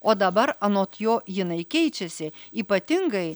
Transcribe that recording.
o dabar anot jo jinai keičiasi ypatingai